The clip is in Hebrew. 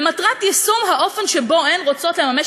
למטרת יישום האופן שבו הן רוצות לממש